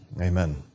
Amen